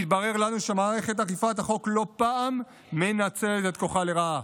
מתברר לנו שמערכת אכיפת החוק לא פעם מנצלת את כוחה לרעה,